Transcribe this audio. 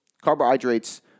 Carbohydrates